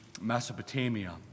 Mesopotamia